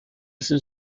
sin